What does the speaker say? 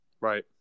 Right